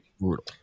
Brutal